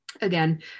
again